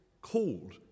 called